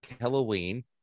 Halloween